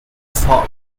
fog